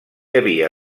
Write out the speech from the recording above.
havia